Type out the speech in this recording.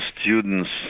students